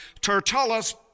Tertullus